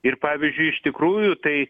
ir pavyzdžiui iš tikrųjų tai